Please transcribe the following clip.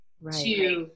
right